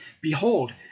behold